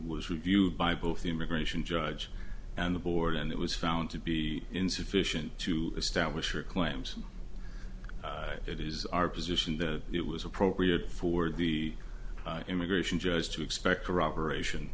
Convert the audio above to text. was reviewed by both the immigration judge and the board and it was found to be insufficient to establish your claims it is our position that it was appropriate for the immigration judge to expect corroboration